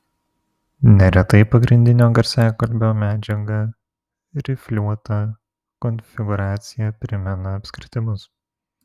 neretai pagrindinio garsiakalbio medžiaga rifliuota konfigūracija primena apskritimus